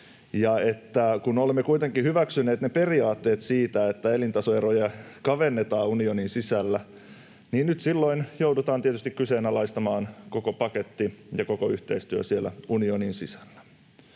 kun olemme kuitenkin hyväksyneet ne periaatteet siitä, että elintasoeroja kavennetaan unionin sisällä, niin silloin joudutaan tietysti kyseenalaistamaan koko paketti ja koko yhteistyö siellä unionin sisällä.